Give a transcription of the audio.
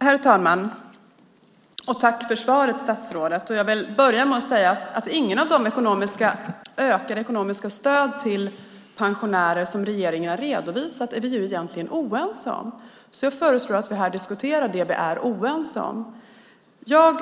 Herr talman! Jag vill börja med att tacka statsrådet för svaret och med att säga att vi egentligen inte är oense om något av de ökade ekonomiska stöd till pensionärer som regeringen har redovisat. Jag föreslår därför att vi här diskuterar det som vi är oense om. Jag